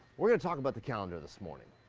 we're going to talk about the calendar this morning.